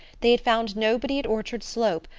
they had found nobody at orchard slope,